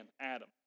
Adam